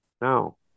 now